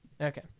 Okay